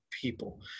people